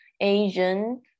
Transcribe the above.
Asian